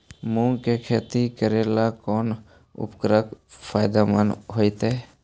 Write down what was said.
मुंग के खेती करेला कौन उर्वरक फायदेमंद होतइ?